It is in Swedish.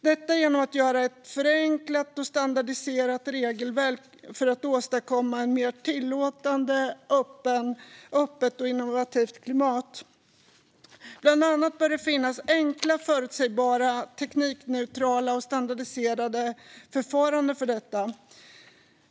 Det vill vi göra genom ett förenklat och standardiserat regelverk för att åstadkomma ett mer tillåtande, öppet och innovativt klimat. Bland annat bör det finnas enkla, förutsägbara, teknikneutrala och standardiserade förfaranden för detta.